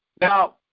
Now